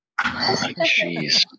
Jeez